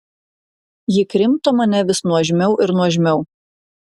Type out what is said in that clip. ji krimto mane vis nuožmiau ir nuožmiau